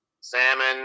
salmon